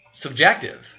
subjective